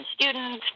students